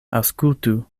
aŭskultu